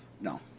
No